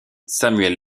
samuel